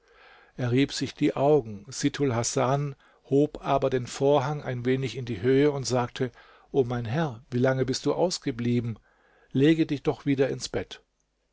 er rieb sich die augen sittulhasan hob aber den vorhang ein wenig in die höhe und sagte o mein herr wie lange bist du ausgeblieben lege dich doch wieder ins bett